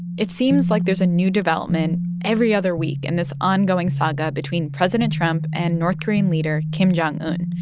it seems like there's a new development every other week in and this ongoing saga between president trump and north korean leader kim jong un.